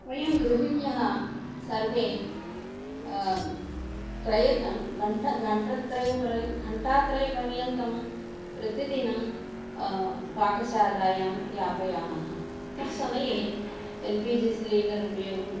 वयं गृहिण्यः सर्वे त्रयः गणः गण्ट गण्टत्रै घण्टात्रयं पर्यन्तं प्रतिदिनं पाकशालायां यापयामः तत् समये एल् पि जि सिलिण्डर् उपयोगं